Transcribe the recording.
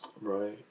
Right